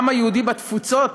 עם העם היהודי בתפוצות?